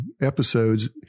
episodes